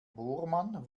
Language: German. bohrmann